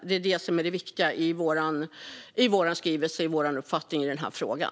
Det är det viktiga i vår skrivelse och vår uppfattning i frågan.